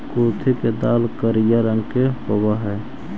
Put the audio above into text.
कुर्थी के दाल करिया रंग के होब हई